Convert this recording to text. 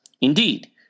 indeed